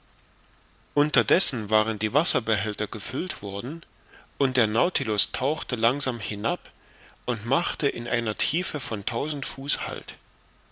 unterdessen waren die wasserbehälter gefüllt worden und der nautilus tauchte langsam hinab und machte in einer tiefe von tausend fuß halt